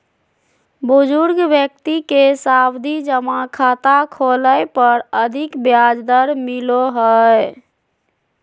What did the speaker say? बुजुर्ग व्यक्ति के सावधि जमा खाता खोलय पर अधिक ब्याज दर मिलो हय